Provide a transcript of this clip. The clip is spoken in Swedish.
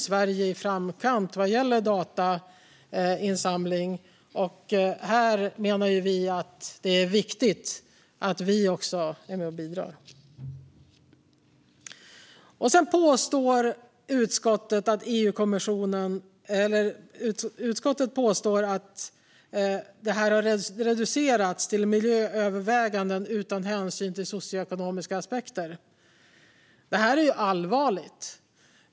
Sverige är i framkant vad gäller datainsamling, och här menar vi att det är viktigt att Sverige är med och bidrar. Sedan påstår utskottet att detta har reducerats till miljööverväganden utan hänsyn till socioekonomiska aspekter. Det här är ju allvarligt!